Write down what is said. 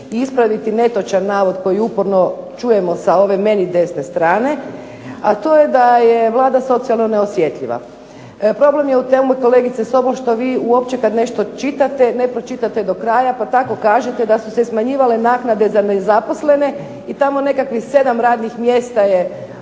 ispraviti netočan navod koji uporno čujemo sa ove meni desne strane, a to je da je Vlada socijalno neosjetljiva. Problem je u tome kolegice Sobol što vi uopće kad nešto čitate ne pročitate do kraja, pa tako kažete da su se smanjivale naknade za nezaposlene i tamo nekakvih sedam radnih mjesta je